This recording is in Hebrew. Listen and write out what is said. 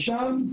שם,